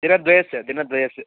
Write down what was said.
दिनद्वयस्य दिनद्वयस्य